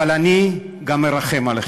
אבל אני גם מרחם עליכם.